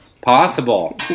possible